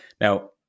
Now